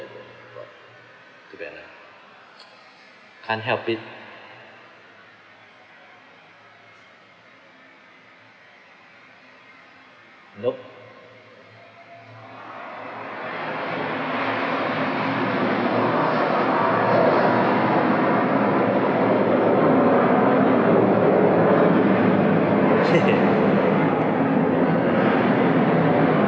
but too bad lah can't help it nope